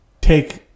take